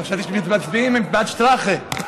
חשבתי שמצביעים בעד שטראכה,